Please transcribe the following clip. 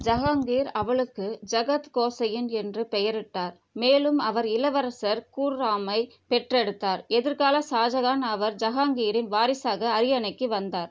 ஜஹாங்கீர் அவளுக்கு ஜகத் கோசைய்யன் என்று பெயரிட்டார் மேலும் அவர் இளவரசர் கூர்ராமை பெற்றெடுத்தார் எதிர்கால ஷாஜகான் அவர் ஜஹாங்கீரின் வாரிசாக அரியணைக்கு வந்தார்